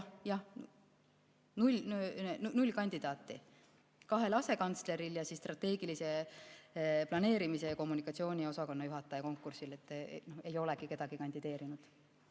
null kandidaati: kahe asekantsleri ning strateegilise planeerimise ja kommunikatsiooniosakonna juhataja konkursil ei olegi keegi kandideerinud.